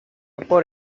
por